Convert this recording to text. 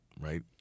right